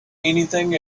anything